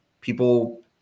people